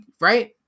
right